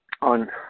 on